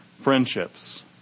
friendships